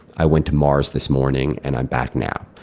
i went to mars this morning and i'm back now.